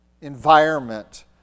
environment